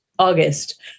August